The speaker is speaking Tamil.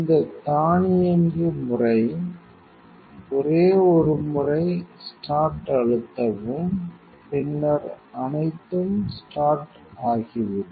இந்த தானியங்கி முறை ஒரே ஒரு முறை ஸ்டார்ட் அழுத்தவும் பின்னர் அனைத்தும் ஸ்டார்ட் ஆகிவிடும்